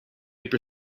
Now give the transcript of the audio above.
paper